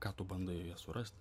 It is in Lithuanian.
ką tu bandai joje surasti